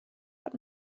hat